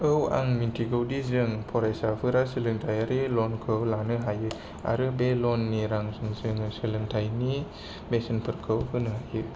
औ आं मिन्थिगौदि जों फरायसाफोरा सोलोंथाइयारि लनखौ लानो हायो आरो बे लननि रांजोंनो सोलोंथाइनि बेसेनफोरखौ होनो हायो